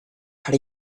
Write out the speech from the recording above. how